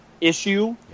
issue